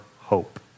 hope